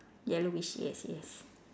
yellowish yes yes